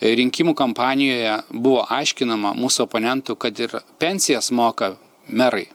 rinkimų kampanijoje buvo aiškinama mūsų oponentų kad ir pensijas moka merai